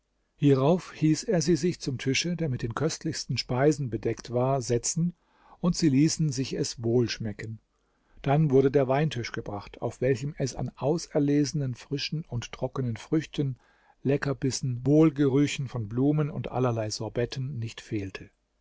hierauf hieß er sie sich zum tische der mit den köstlichsten speisen bedeckt war setzen und sie ließen sich es wohl schmecken dann wurde der weintisch gebracht auf welchem es an auserlesenen frischen und trockenen früchten leckerbissen wohlgerüchen von blumen und allerlei sorbetten nicht fehlte